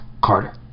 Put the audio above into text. Carter